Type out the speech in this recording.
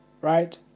right